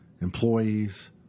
employees